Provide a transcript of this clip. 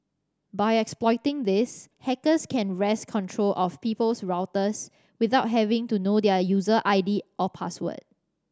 by exploiting this hackers can wrest control of people's routers without having to know their user I D or password